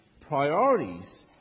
priorities